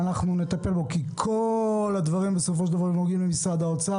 כל הדברים נוגעים בסופו של דבר למשרד האוצר,